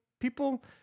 People